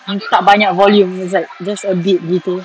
dia tak banyak volume it's like just a bit gitu